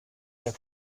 der